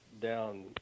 down